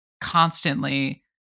constantly